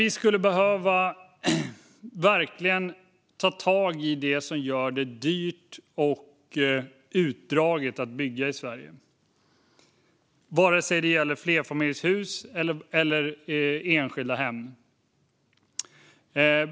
Vi skulle verkligen behöva ta tag i det som gör det dyrt och utdraget att bygga i Sverige, vare sig det gäller flerfamiljshus eller enskilda hem.